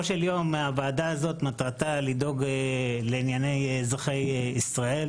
מטרת הוועדה המכובדת היא דאגה לענייני אזרחי ישראל.